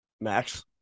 Max